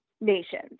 nations